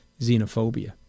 xenophobia